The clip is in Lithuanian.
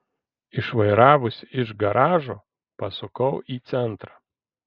išvairavusi iš garažo pasukau į centrą